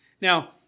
Now